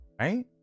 Right